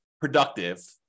productive